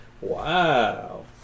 Wow